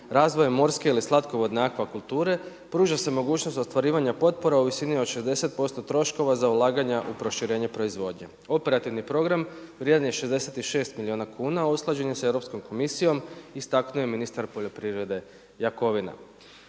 razvojem morske ili slatkovodne akvakulture, pruža se mogućnost u ostvarivanju potpora u visini od 60% troškova za ulaganja u proširenju proizvodnje. Operativni program vrijedan je 66 milijuna kuna, a usklađen je sa Europskom komisijom, istaknuo je ministar poljoprivrede Jakovina.“